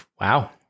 Wow